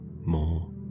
more